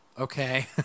Okay